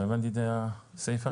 לא הבנתי את הסיפה עכשיו.